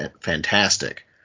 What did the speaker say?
fantastic